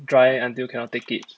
dry until cannot take it